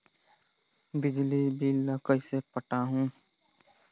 बिजली बिल ल कइसे पटाहूं?